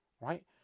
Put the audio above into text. right